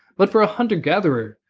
but for a hunter gatherer,